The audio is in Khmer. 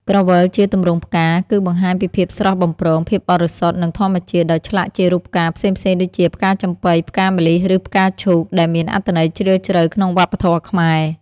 ក្រវិលជាទម្រង់ផ្កា គឺបង្ហាញពីភាពស្រស់បំព្រង ភាពបរិសុទ្ធ និងធម្មជាតិ ដោយឆ្លាក់ជារូបផ្កាផ្សេងៗដូចជា ផ្កាចំប៉ី ផ្កាម្លិះ ឬផ្កាឈូក ដែលមានអត្ថន័យជ្រាលជ្រៅក្នុងវប្បធម៌ខ្មែរ។